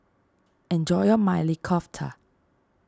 enjoy your Maili Kofta